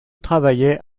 travaillaient